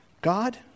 God